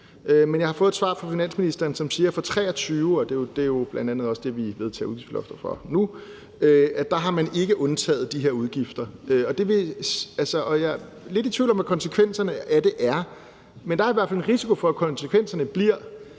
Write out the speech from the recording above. Men jeg har fået et svar fra finansministeren, som siger, at for 2023 – og det er jo bl.a. også det, vi vedtager udgiftslofter for nu – har man ikke undtaget de her udgifter. Jeg er lidt i tvivl om, hvad konsekvenserne af det er, men der er i hvert fald en risiko for, at konsekvenserne bliver,